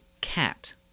cat